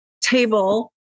table